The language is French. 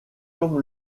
comme